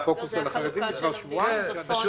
זו נקבע על פי חלוקה גיאוגרפית של המדינה: צפון,